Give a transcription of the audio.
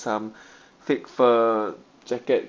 some fake fur jacket